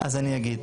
אז אני אגיד.